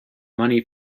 money